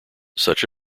such